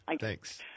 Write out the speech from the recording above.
thanks